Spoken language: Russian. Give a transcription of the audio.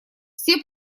все